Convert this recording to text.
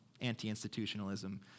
anti-institutionalism